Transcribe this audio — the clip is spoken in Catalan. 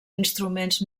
instruments